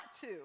two